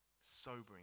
sobering